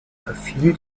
verfiel